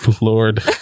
Lord